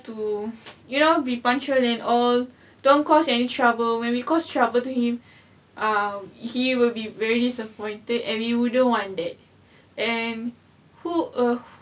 to you know be punctual and all don't cause any trouble when we cause trouble to him uh he will be very disappointed and you wouldn't want that and who err